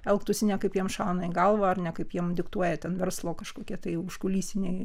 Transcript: elgtųsi ne kaip jiems šauna į galvą ar ne kaip jiems diktuoja ten verslo kažkokie tai užkulisiniai